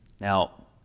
Now